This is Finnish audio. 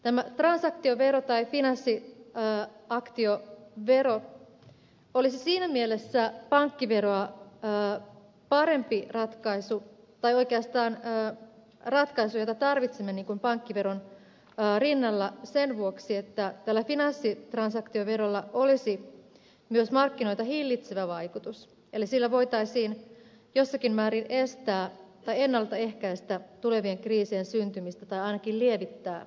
tämä transaktiovero tai finanssitransaktiovero olisi siinä mielessä pankkiveroa parempi ratkaisu tai oikeastaan ratkaisu jota tarvitsemme pankkiveron rinnalla sen vuoksi että tällä finanssitransaktioverolla olisi myös markkinoita hillitsevä vaikutus eli sillä voitaisiin jossakin määrin ennalta ehkäistä tulevien kriisien syntymistä tai ainakin lievittää niitä